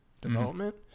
development